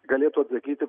galėtų atsakyti